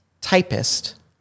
typist